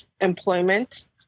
employment